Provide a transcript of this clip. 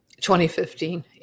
2015